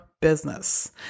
business